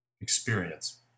experience